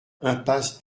impasse